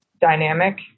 dynamic